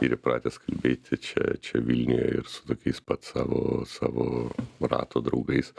ir įpratęs kalbėti čia čia vilniuje ir su tokiais pat savo savo rato draugais